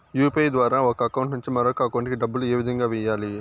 UPI ద్వారా ఒక account నుంచి మరొక అకౌంట్ కి డబ్బులు ఏ విధంగా వెయ్యాలి